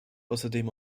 außerdem